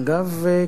אגב,